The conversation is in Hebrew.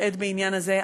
מוטעית בעניין הזה.